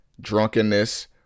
drunkenness